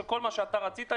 שכל מה שאתה רצית,